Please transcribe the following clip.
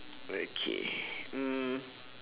okay mm